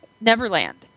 Neverland